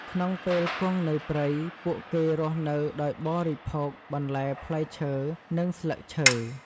ក្នុងពេលគង់នៅព្រៃ ពួកគេរស់នៅដោយបរិភោគបន្លែផ្លែឈើ និងស្លឹកឈើ។